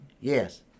Yes